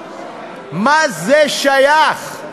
היושבת-ראש,